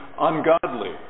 ungodly